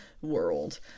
world